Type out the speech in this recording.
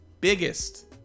biggest